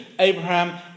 Abraham